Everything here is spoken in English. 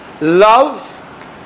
Love